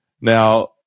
Now